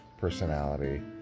personality